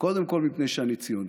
קודם כול מפני שאני ציוני.